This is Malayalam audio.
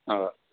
അതാ